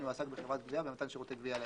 יועסק בחברת גבייה במתן שירותי גבייה לעירייה,